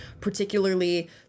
particularly